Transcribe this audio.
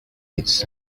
his